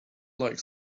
like